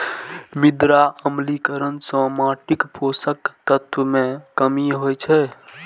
मृदा अम्लीकरण सं माटिक पोषक तत्व मे कमी होइ छै